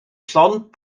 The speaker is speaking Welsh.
llond